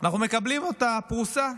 אנחנו מקבלים אותה פרוסה,